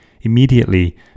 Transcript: Immediately